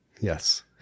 Yes